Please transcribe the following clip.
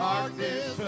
Darkness